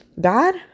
God